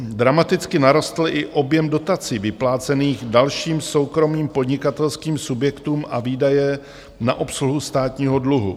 Dramaticky narostl i objem dotací vyplácených dalším soukromým podnikatelským subjektům a výdaje na obsluhu státního dluhu.